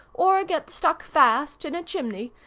or get stuck fast in a chimney,